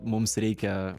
mums reikia